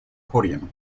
podium